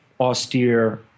austere